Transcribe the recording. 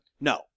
No